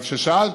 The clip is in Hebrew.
אבל כששאלת: